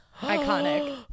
iconic